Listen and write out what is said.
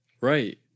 Right